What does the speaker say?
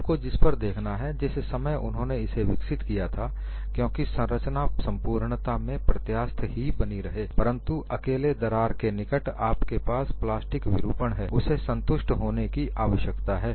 आपको जिस पर देखना है जिस समय उन्होंने इसे विकसित किया था क्योंकि संरचना संपूर्णता में प्रत्यास्थ ही बनी रहे परंतु अकेले दरार के निकट आपके पास प्लास्टिक विरूपण है उसे संतुष्ट होने की आवश्यकता है